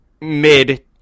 mid